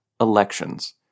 elections